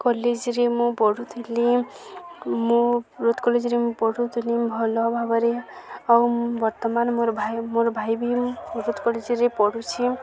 କଲେଜରେ ମୁଁ ପଢ଼ୁଥିଲି ମୁଁ କଲେଜରେ ମୁଁ ପଢ଼ୁଥିଲି ଭଲ ଭାବରେ ଆଉ ମୁଁ ବର୍ତ୍ତମାନ ମୋର ଭାଇ ମୋର ଭାଇ ବି ମୁଁ କଲେଜରେ ପଢ଼ୁଛି